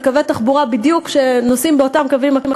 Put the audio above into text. ויש קווי תחבורה שנוסעים בדיוק באותם קווים,